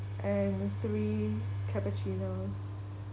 and three cappuccinos